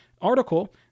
article